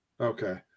Okay